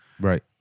Right